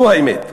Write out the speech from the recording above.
זו האמת.